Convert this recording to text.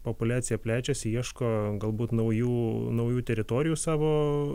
populiacija plečiasi ieško galbūt naujų naujų teritorijų savo